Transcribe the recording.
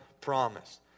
promise